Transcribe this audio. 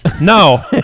No